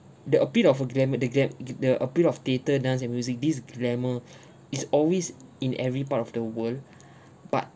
the appeal of a glamour the glam the appeal of theatre dance and music these glamour is always in every part of the world but